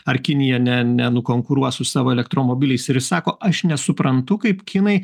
ar kinija ne nenukonkuruos su savo elektromobiliais ir jis sako aš nesuprantu kaip kinai